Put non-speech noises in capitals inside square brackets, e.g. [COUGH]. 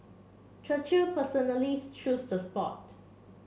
Churchill personally [UNINTELLIGIBLE] chose the spot